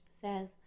says